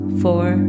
four